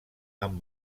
amb